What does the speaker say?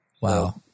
Wow